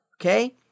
Okay